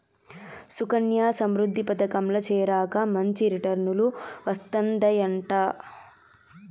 సుకన్యా సమృద్ధి పదకంల చేరాక మంచి రిటర్నులు వస్తందయంట